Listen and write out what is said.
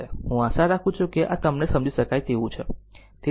હું આશા રાખું છું કે આ તમને સમજી શકાય તેવું છે